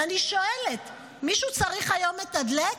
ואני שואלת, מישהו צריך היום מתדלק?